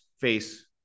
face